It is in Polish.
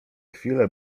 chwile